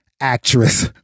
actress